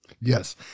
Yes